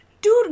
Dude